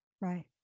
Right